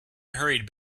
hurried